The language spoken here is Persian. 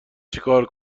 چیکار